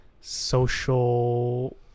social